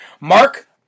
Mark